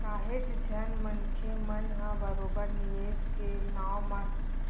काहेच झन मनखे मन ह बरोबर निवेस के नाव म